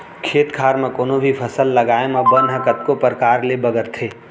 खेत खार म कोनों भी फसल लगाए म बन ह कतको परकार ले बगरथे